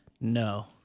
No